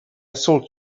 sold